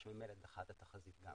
מה שממילא דחה את התחזית גם.